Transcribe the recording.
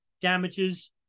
damages